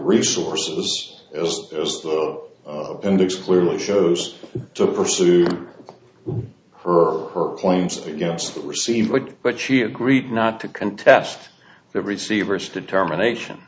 resources and it's clearly shows to pursue her claims against the receiver but she agreed not to contest the receiver's determination